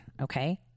okay